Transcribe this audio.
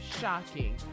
shocking